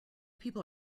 people